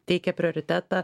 teikia prioritetą